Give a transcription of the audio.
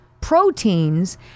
proteins